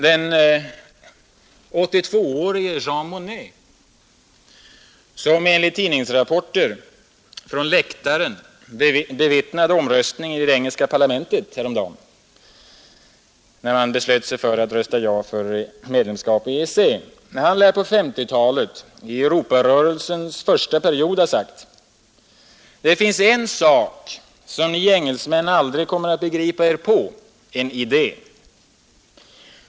Den 82-årige Jean Monnet, som enligt tidningsrapporter från läktaren bevittnade omröstningen i det engelska parlamentet häromdagen när man beslöt att rösta ja för medlemskap i EEC, lär på 1950-talet i Europarörelsens första period ha sagt: ”Det finns en sak som ni engelsmän aldrig kommer att begripa er på: en idé.